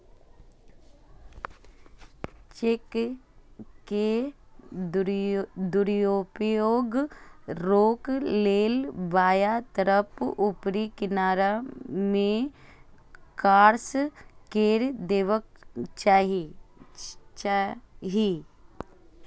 cheque के दुरुपयोग रोकै लेल बायां तरफ ऊपरी किनारा मे क्रास कैर देबाक चाही